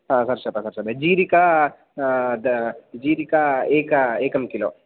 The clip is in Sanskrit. हा सर्षप सर्षप जीरिका द जीरिका एक एकं किलो